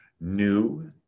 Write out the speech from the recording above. new